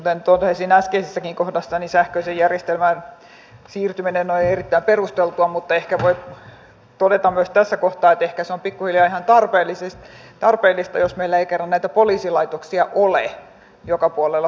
kuten totesin äskeisessäkin kohdassa sähköiseen järjestelmään siirtyminen on erittäin perusteltua mutta ehkä voi todeta myös tässä kohtaa että ehkä se on pikkuhiljaa ihan tarpeellista jos meillä ei kerran näitä poliisilaitoksia ole joka puolella suomea